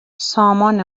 سامان